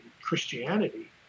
Christianity